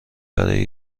برای